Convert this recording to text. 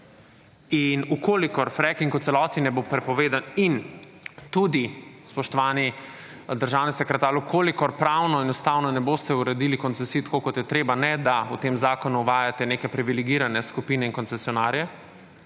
In v kolikor fracking v celoti ne bo prepovedan in tudi, spoštovani državni sekretar, v kolikor pravno enostavno ne boste uredili koncesij tako kot je treba, ne da o tem zakonu uvajate neke privilegirane skupine in koncesionarje,